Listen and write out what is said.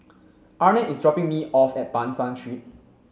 Arnett is dropping me off at Ban San Street